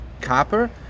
copper